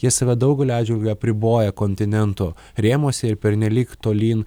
jie save daugelio atžvilgiu apriboja kontinento rėmuose ir pernelyg tolyn